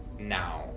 now